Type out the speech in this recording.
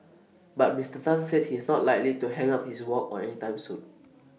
but Mister Tan said he is not likely to hang up his wok anytime soon